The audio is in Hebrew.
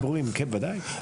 כן, ודאי.